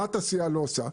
מה התעשייה לא עושה?